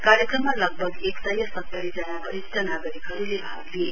कार्यक्रममा लगभग एकसय सत्तरीजना वरिष्ट नागरिकहरुले भाग लिए